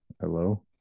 Hello